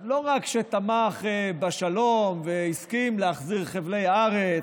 לא רק שתמך בשלום והסכים להחזיר חבלי ארץ,